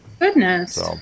Goodness